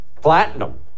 Platinum